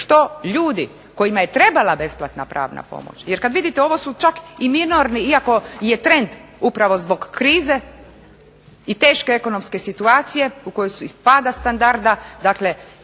što ljudi kojima je trebala besplatna pravna pomoć, jer kad vidite ovo su čak i minorni iako je trend upravo zbog krize i teške ekonomske situacije i pada standarda, dakle